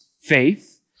faith